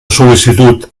sol·licitud